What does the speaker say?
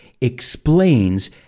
explains